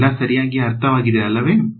ಎಲ್ಲಾ ಸರಿಯಾಗಿ ಅರ್ಥವಾಗಿದೆ ಅಲ್ಲವೇ